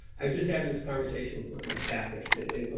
i was just having this conversation with one of my staff yesterday. but